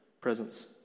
presence